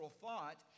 thought